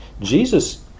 Jesus